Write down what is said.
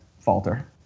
falter